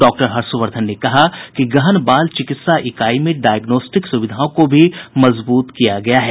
doctor Harshvardhan ने कहा कि गहन बाल चिकित्सा इकाई में डायग्नोस्टिक सुविधाओं को भी मजबूत किया गया है